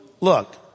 look